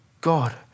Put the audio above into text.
God